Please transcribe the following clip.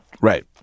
Right